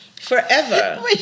forever